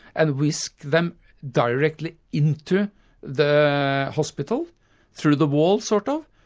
and whisk them directly into the hospital through the wall sort of,